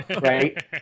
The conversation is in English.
Right